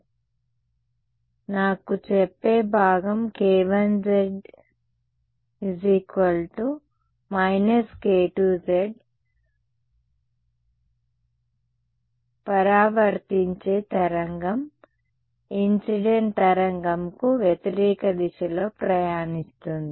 కాబట్టి నాకు చెప్పే భాగం krz − k2z పరావర్తించే తరంగం ఇన్సిడెంట్ తరంగం కు వ్యతిరేక దిశలో ప్రయాణిస్తోంది